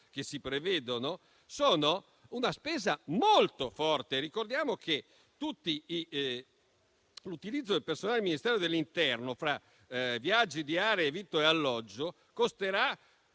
che si prevedono sono una spesa molto forte. Ricordiamo che l'utilizzo del personale del Ministero dell'interno, fra viaggi, diarie, vitto e alloggio, costerà